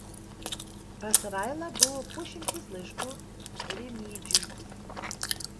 pas railą buvo pusšimtis laiškų rimydžiui